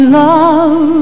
love